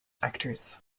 actors